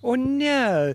o ne